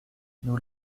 nous